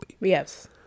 Yes